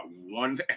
one